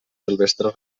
silvestre